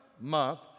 month